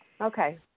Okay